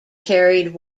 carried